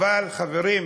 אבל, חברים,